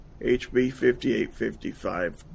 HB-5855